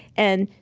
and